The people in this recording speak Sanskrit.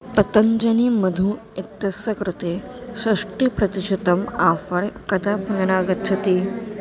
पतञ्जलि मधु इत्यस्य कृते षष्ठिप्रतिशतम् आफ़र् कदा पुनरागच्छति